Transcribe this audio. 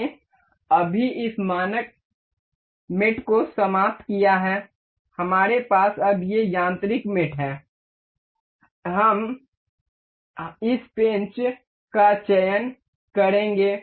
हमने अभी इस मानक साथी को समाप्त किया है हमारे पास अब ये यांत्रिक मेट हैं हम इस पेंच का चयन करेंगे